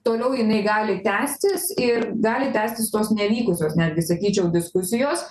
toliau jinai gali tęstis ir gali tęstis tos nevykusios netgi sakyčiau diskusijos